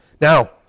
Now